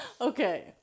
Okay